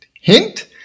Hint